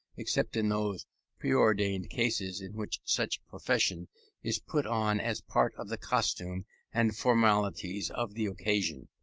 except in those preordained cases in which such profession is put on as part of the costume and formalities of the occasion.